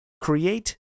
Create